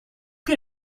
que